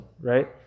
right